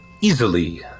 easily